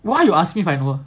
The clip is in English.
why you ask me if I know her